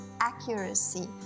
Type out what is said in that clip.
accuracy